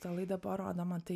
ta laida buvo rodoma tai